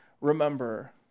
remember